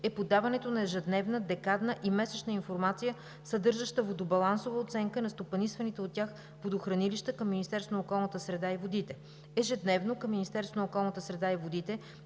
е подаването на ежедневна, декадна и месечна информация, съдържаща водобалансова оценка на стопанисваните от тях водохранилища към Министерството на околната среда и водите. Ежедневно към Министерството на околната среда и водите